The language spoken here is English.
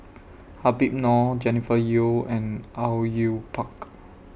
Habib Noh Jennifer Yeo and Au Yue Pak